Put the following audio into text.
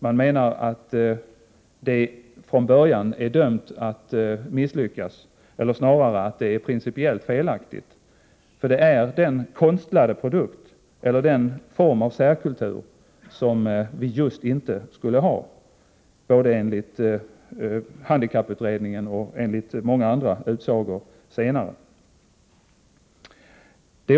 Man menar att det från början är dömt att misslyckas eller snarare att det är principiellt felaktigt, för det är den konstlade produkt eller den form av särkultur som vi just inte skulle ha, både enligt handikapputredningen och enligt många andra utsagor senare.